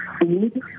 food